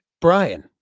Brian